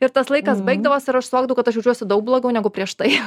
ir tas laikas baigdavosi ir aš suvokdavau kad aš jaučiuosi daug blogiau negu prieš tai